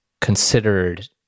considered